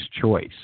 choice